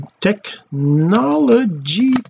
technology